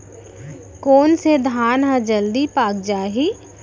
कोन से धान ह जलदी पाक जाही?